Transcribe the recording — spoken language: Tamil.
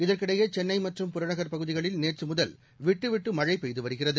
இதற்கிடையே சென்னை மற்றும் புறநகர் பகுதிகளில் நேற்றுமுதல் விட்டு விட்டு மழை பெய்து வருகிறது